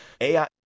AI